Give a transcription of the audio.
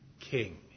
king